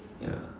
ya